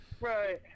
right